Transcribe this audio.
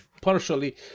partially